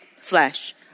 flesh